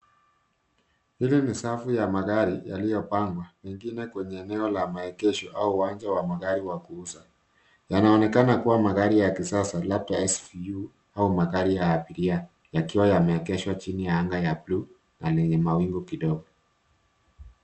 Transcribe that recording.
Hili ni safu ya magari yaliopangwa pengine kwenye eneo la maegesho au uwanja wa kuuza magari. Yanaonekana magari ya kisasa labda ya Suv au magari ya abiria yakiwa yameegeshwa chini ya anga la bluu lenye mawingu kidogo.